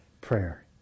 prayer